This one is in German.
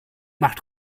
macht